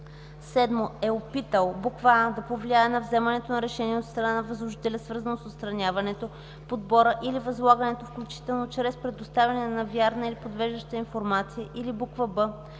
7. е опитал: а) да повлияе на вземането на решение от страна на възложителя, свързано с отстраняването, подбора или възлагането, включително чрез предоставяне на невярна или подвеждаща информация, или б) да